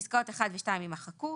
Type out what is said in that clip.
(ב) (2) פסקאות (1) ו-(2) יימחקו,